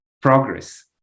progress